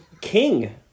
king